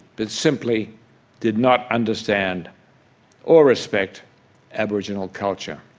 but simply did not understand or respect aboriginal culture.